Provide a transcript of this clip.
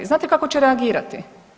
Znate kako će reagirati?